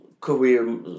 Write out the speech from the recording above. career